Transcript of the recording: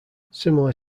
similar